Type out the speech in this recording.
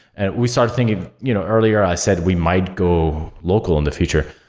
and we started thinking, you know earlier i said we might go local in the future.